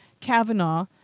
Kavanaugh